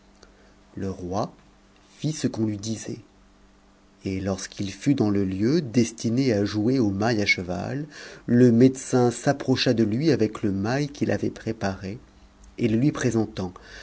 le roi fit ce qu'on lui disait et lorsqu'il fut dans le lieu destiné à jouer au mail à cheval le médecin s'approcha de lui avec le mail qu'il avait préparé et le lui présentant